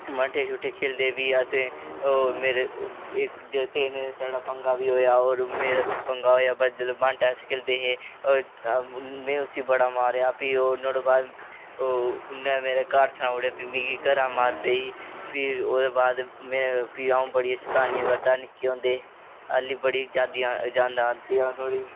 बांह्टे खेल्लदे प्ही अस ओह् मेरे जगतें कन्नै इक्क पंगा बी होआ मेरा पंगा होआ जेल्लै बांह्टे अस खेल्लदे हे में उसी बड़ा मारेआ प्ही नुहाड़े बाद ओह् उन्ने मेरे घर सनाई ओड़ेआ प्ही मिगी मेरे घरै दा मार पेई ते फिर ओह्दे बाद में मिगी बड़ी अच्छी शतानियां करदा हा निक्के होंदे हाल्ली बड़ी यादां औंदियां नुहाड़ी